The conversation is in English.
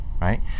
right